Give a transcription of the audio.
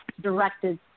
directed